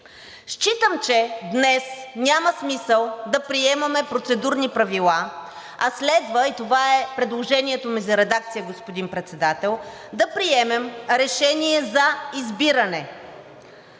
Считам, че днес няма смисъл да приемаме процедурни правила, а следва и това е предложението ми за редакция, господин Председател, да приемем решение за избиране